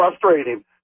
frustrating